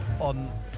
on